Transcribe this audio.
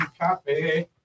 copy